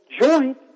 joint